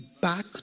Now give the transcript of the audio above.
back